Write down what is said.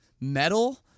metal